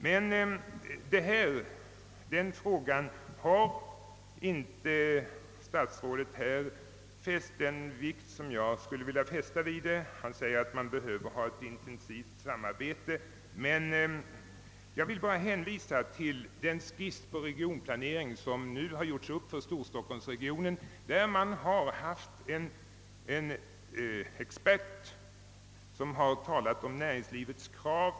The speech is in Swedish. Men statsrådet har inte fäst samma vikt vid denna fråga som jag skulle vilja göra. Han säger att man behöver ha ett intensivt samarbete. Jag vill bara hänvisa till den skiss över regionplaneringen som nu gjorts upp för Storstockholms-regionen. Man har haft en expert som kartlagt frågorna om näringslivets lokalisering.